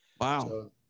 Wow